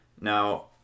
Now